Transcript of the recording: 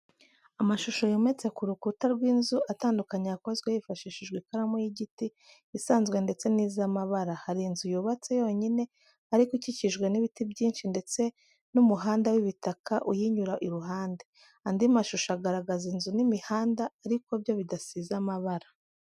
Amashusho yometse ku rukuta rw'inzu, atandukanye yakozwe hifashishijwe ikaramu y'igiti isanzwe ndetse n'iz'amabara, hari inzu yubatse yonyine ariko ikikijwe n'ibiti byinshi ndetse n'umuhanda w'ibitaka uyinyura iruhande. Andi mashusho agaragaza inzu n'imihanda ariko byo bidasize amabara.